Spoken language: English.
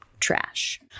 Trash